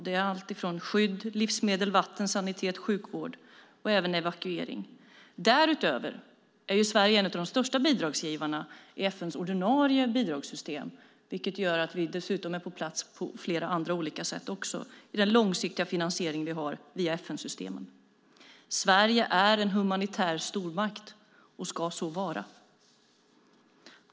Det är alltifrån skydd, livsmedel, vatten, sanitet, sjukvård och även evakuering. Därutöver är Sverige en av de största bidragsgivarna i FN:s ordinarie bidragssystem, vilket gör att vi är på plats också på flera andra sätt med den långsiktiga finansiering vi har via FN-systemen. Sverige är en humanitär stormakt, och ska så vara.